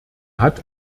hat